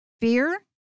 Fear